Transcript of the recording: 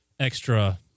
extra